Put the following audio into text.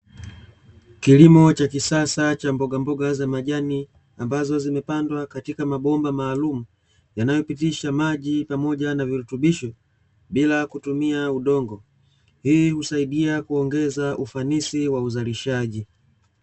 Kilimo cha kisasa cha mbogamboga za majani ambazo zimepandwa katika mabomba maalumu yanayo pitisha maji pamoja na virutubisho bila kutumia udongo, hii husaidia kuongeza ufanisi wa uzalishaji.